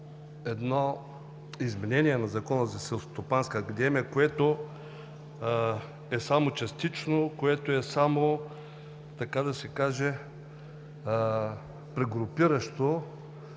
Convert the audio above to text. едно изменение на Закона за Селскостопанската академия, което е само частично и е само, така да се каже, прегрупиращо